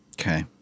Okay